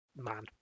man